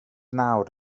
nawr